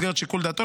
במסגרת שיקול דעתו,